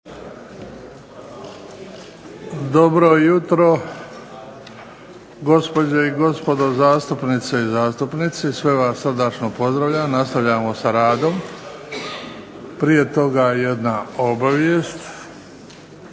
Dobro jutro gospođe i gospodo zastupnice i zastupnici. Sve vas srdačno pozdravljam. Nastavljamo sa radom. Prije toga jedna obavijest,